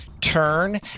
Turn